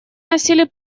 носили